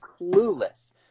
clueless